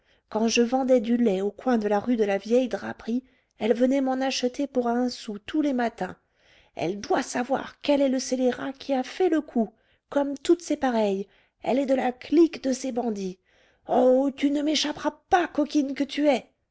quand je vendais du lait au coin de la rue de la vieille draperie elle venait m'en acheter pour un sou tous les matins elle doit savoir quel est le scélérat qui a fait le coup comme toutes ses pareilles elle est de la clique de ces bandits oh tu ne m'échapperas pas coquine que tu es